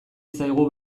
zaigu